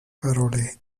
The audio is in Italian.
parole